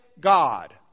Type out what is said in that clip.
God